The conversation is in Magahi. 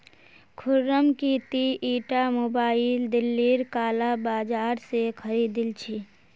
खुर्रम की ती ईटा मोबाइल दिल्लीर काला बाजार स खरीदिल छि